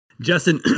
Justin